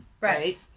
right